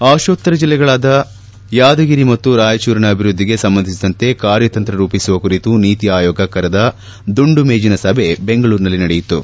ಆಶೋತ್ತರ ಜಿಲ್ಲೆಗಳಾದ ಯಾದಗಿರಿ ಮತ್ತು ರಾಯಚೂರಿನ ಅಭಿವೃದ್ದಿಗೆ ಸಂಬಂಧಿಸಿದಂತೆ ಕಾರ್ಯತಂತ್ರ ರೂಪಿಸುವ ಕುರಿತು ನೀತಿ ಆಯೋಗ ಕರೆದ ದುಂಡು ಮೇಜಿನ ಸಭೆ ಬೆಂಗಳೂರಿನಲ್ಲಿ ನಡೆಯಿತು